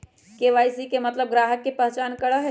KYC के मतलब ग्राहक का पहचान करहई?